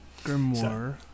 grimoire